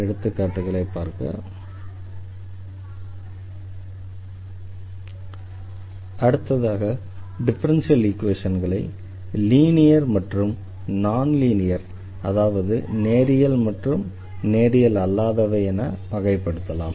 d4ydx4d2ydx2dydx3ex order 4 degree 1 yy21dxxy2 1dy order 1 degree 1 2vt2k3vx32 order 3 degree 2 அடுத்ததாக differential ஈக்வேஷன்களை linear மற்றும் non linear அதாவது நேரியல் மற்றும் நேரியல் அல்லாதவை என வகைப்படுத்தலாம்